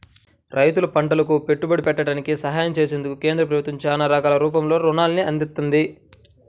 రైతులు పంటలకు పెట్టుబడి పెట్టడానికి సహాయం చేసేందుకు కేంద్ర ప్రభుత్వం చానా రకాల రూపంలో రుణాల్ని అందిత్తంది